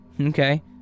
Okay